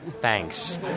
Thanks